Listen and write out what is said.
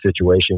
situation